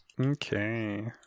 Okay